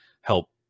help